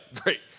great